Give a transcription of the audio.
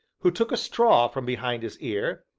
who took a straw from behind his ear,